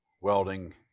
welding